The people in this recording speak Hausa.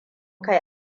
kai